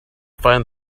find